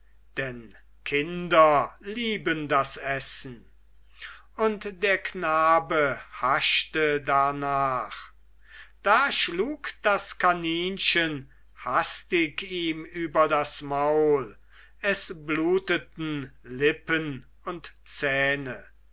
denn kinder lieben das essen und der knabe haschte darnach da schlug das kaninchen hastig ihn über das maul es bluteten lippen und zähne